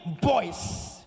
boys